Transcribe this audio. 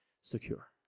secure